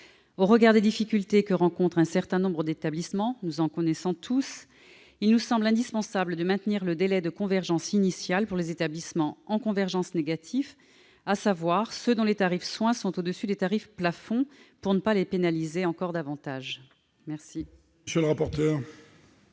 Au regard des difficultés que rencontrent un certain nombre d'établissements, il nous semble indispensable de maintenir le délai de convergence initial pour les établissements en convergence négative, à savoir ceux dont les tarifs de soins sont au-dessus des tarifs plafonds, pour ne pas les pénaliser encore davantage. Quel